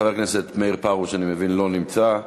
חבר הכנסת מאיר פרוש, לא נמצא.